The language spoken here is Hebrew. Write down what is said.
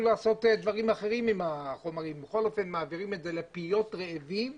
לעשות דברים אחרים עם המוצרים אבל בכל אופן מעבירים אותם לפיות רעבים.